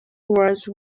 was